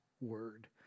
word